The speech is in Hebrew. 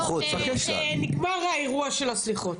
נגמר האירוע של הסליחות.